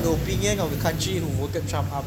the beginning of the congenial work at chomp chomp